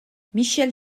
michèle